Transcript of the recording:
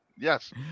Yes